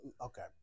okay